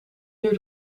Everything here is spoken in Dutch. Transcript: duurt